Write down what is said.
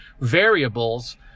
variables